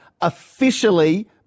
officially